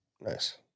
Nice